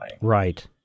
Right